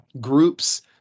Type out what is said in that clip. groups